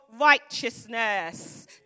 righteousness